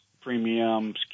premiums